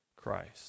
Christ